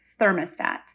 thermostat